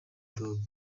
dogg